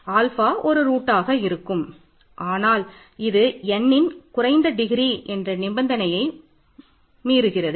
alpha நிபந்தனையை மீறுகிறது